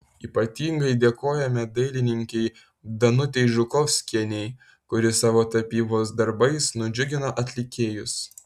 ypatingai dėkojame dailininkei danutei žukovskienei kuri savo tapybos darbais nudžiugino atlikėjus